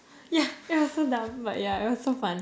yeah it was so dumb but yeah it was so fun